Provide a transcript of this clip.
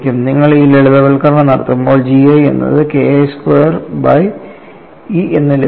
നിങ്ങൾ ഈ ലളിതവൽക്കരണം നടത്തുമ്പോൾ G I എന്നത് KI സ്ക്വയേർഡ് ബൈ E എന്ന് ലഭിക്കും